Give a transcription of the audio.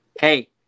Hey